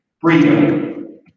freedom